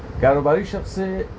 کاروباری شخص سے